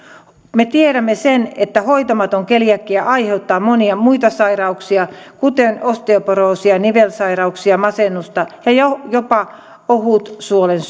me tiedämme että hoitamaton keliakia aiheuttaa monia muita sairauksia kuten osteoporoosia nivelsairauksia masennusta ja jopa ohutsuolen